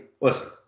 listen